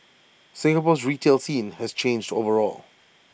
Singapore's retail scene has changed overall